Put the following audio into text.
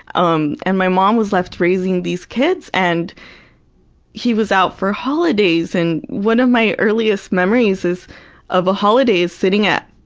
um and my mom was left raising these kids and he was out for holidays, and one of my earliest memories is of a holiday, sitting at